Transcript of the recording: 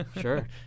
sure